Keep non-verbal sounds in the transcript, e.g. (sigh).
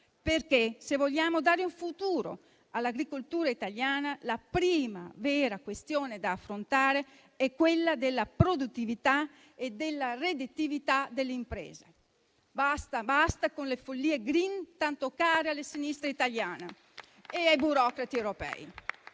agricole. Se vogliamo dare un futuro all'agricoltura italiana, la prima vera questione da affrontare è quella della produttività e della redditività delle imprese. Basta, basta con le follie *green* tanto care alla sinistra italiana (applause) e ai burocrati europei.